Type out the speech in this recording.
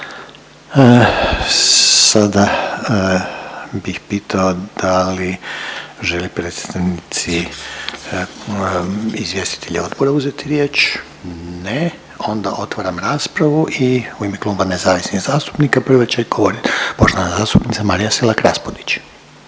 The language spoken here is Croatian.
Sada bih pitao da li želi predstavnici izvjestitelji odbora uzeti riječ? Ne, onda otvaram raspravu i u ime Kluba nezavisnih zastupnik prva će govorit poštovana zastupnica Marija Selak Raspudić.